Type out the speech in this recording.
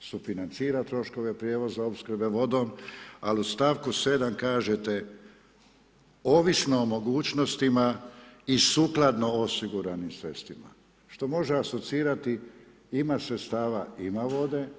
sufinancira troškove prijevoza opskrbe vodom, ali u stavku 7., kažete: …“ ovisno o mogućnostima i sukladno osiguranim sredstvima.“, što može asocirati - Ima sredstava, ima vode.